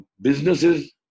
Businesses